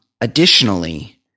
additionally